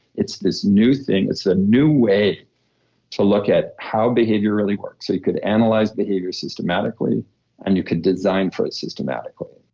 it's this new thing, it's a new way to look at how behavior really works so you could analyze behavior systematically and you could design for it systematically.